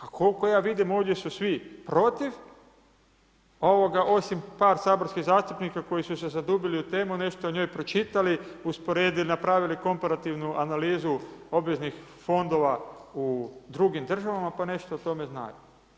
A koliko ja vidim, ovdje su svi protiv osim par saborskih zastupnika koji su se zadubili u temu, nešto o njoj pročitali, usporedili, napravili komparativnu analizu obveznih fondova u drugim državama pa nešto o tome znaju.